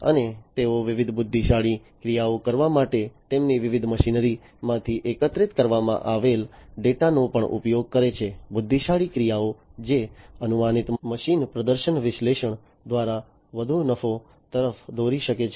અને તેઓ વિવિધ બુદ્ધિશાળી ક્રિયાઓ કરવા માટે તેમની વિવિધ મશીનરી માંથી એકત્રિત કરવામાં આવેલ ડેટાનો પણ ઉપયોગ કરે છે બુદ્ધિશાળી ક્રિયાઓ જે અનુમાનિત મશીન પ્રદર્શન વિશ્લેષણ દ્વારા વધુ નફો તરફ દોરી શકે છે